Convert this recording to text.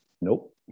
nope